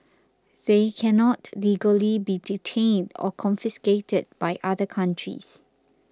they cannot legally be detained or confiscated by other countries